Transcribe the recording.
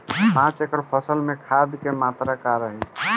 पाँच एकड़ फसल में खाद के मात्रा का रही?